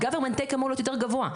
ה-government take אמור להיות יותר גבוה.